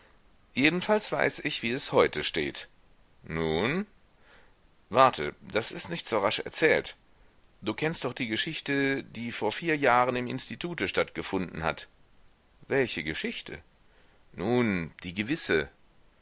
jedenfalls weiß ich wie es heute steht nun warte das ist nicht so rasch erzählt du kennst doch die geschichte die vor vier jahren im institute stattgefunden hat welche geschichte nun die gewisse